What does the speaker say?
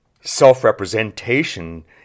self-representation